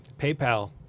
PayPal